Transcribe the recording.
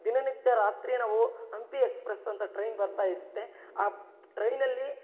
ದಿನನಿತ್ಯ ರಾತ್ರಿ ನಾವು ಹಂಪಿ ಎಕ್ಸ್ಪ್ರೆಸ್ ಅಂತ ಟ್ರೈನ್ ಬರ್ತಾ ಇರುತ್ತೆ ಆ ಟ್ರೈನಲ್ಲಿ